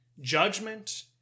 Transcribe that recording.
Judgment